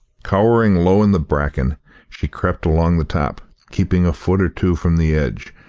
cowering low in the bracken she crept along the top, keeping a foot or two from the edge,